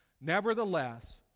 Nevertheless